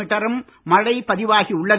மீட்டரும் மழை பதிவாகி உள்ளது